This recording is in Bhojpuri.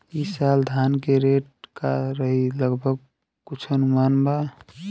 ई साल धान के रेट का रही लगभग कुछ अनुमान बा?